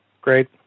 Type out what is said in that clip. Great